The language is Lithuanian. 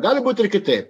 gali būt ir kitaip